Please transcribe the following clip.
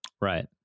right